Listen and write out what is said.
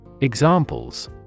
Examples